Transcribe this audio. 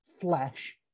flesh